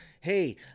hey